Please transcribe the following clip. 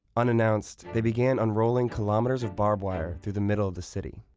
unannounced, they began unrolling kilometers of barbed wire through the middle of the city.